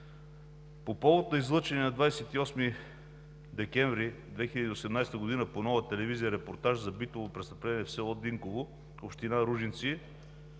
По повод на излъчения на 28 декември 2018 г. по Нова телевизия репортаж за битово престъпление в село Динково, община Ружинци,